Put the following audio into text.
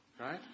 right